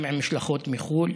גם עם משלחות מחו"ל.